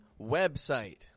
website